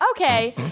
Okay